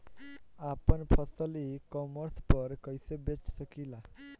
आपन फसल e commerce पर कईसे बेच सकिले?